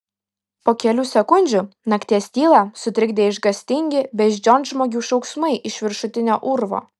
po kelių sekundžių nakties tylą sutrikdė išgąstingi beždžionžmogių šauksmai iš viršutinio urvo